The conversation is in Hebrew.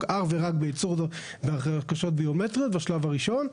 אך ורק בהרכשות ביומטריות בשלב הראשון,